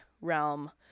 realm